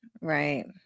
Right